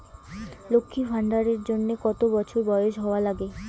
লক্ষী ভান্ডার এর জন্যে কতো বছর বয়স হওয়া লাগে?